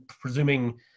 presuming